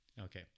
Okay